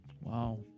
wow